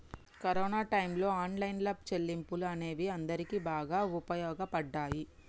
corona టైయ్యంలో online చెల్లింపులు అనేవి అందరికీ బాగా వుపయోగపడ్డయ్యి